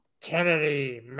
Kennedy